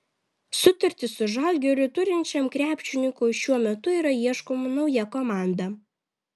sutartį su žalgiriu turinčiam krepšininkui šiuo metu yra ieškoma nauja komanda